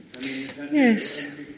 Yes